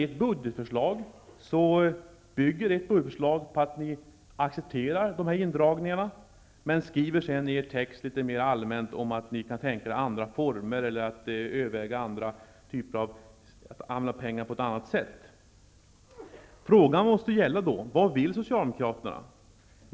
Ert budgetförslag bygger på att ni accepterar indragningarna, men ni skriver i texten litet mer allmänt att ni kan tänka er andra former eller att ni kan överväga att spara på ett annat sätt. Frågan måste då gälla: Vad vill ni socialdemokrater?